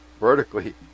vertically